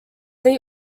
they